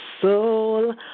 soul